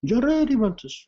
gerai rimantas